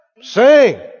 Sing